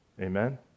Amen